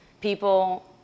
people